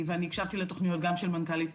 ואני גם הקשבתי לתכניות של מנכ"לית